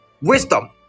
wisdom